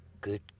Good